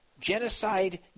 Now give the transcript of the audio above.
Genocide